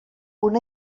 una